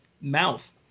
mouth